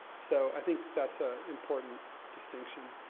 so i think that's a important distinction.